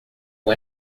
com